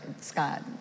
Scott